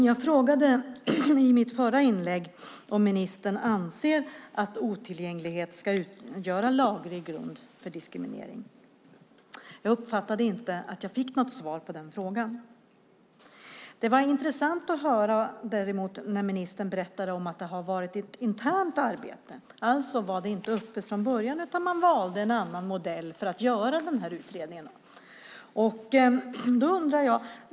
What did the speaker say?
Herr talman! I mitt förra inlägg frågade jag om ministern anser att otillgänglighet ska anses vara diskriminerande enligt lag. Jag uppfattade inte att jag fick något svar på den frågan. Det var intressant att höra ministern berätta att det har varit ett internt arbete. Det var alltså inte öppet från början. Man valde en annan modell för utredningen.